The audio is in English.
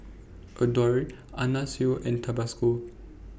Adore Anna Sui and Tabasco